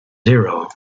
zero